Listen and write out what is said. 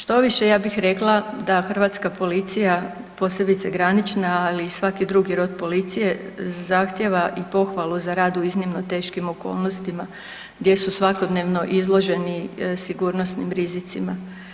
Štoviše ja bih rekla da Hrvatska policija posebice granična, ali i svaki drugi rod policije zahtijeva i pohvalu za rad u iznimno teškim okolnostima gdje su svakodnevno izloženi sigurnosnim rizicima.